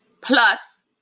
plus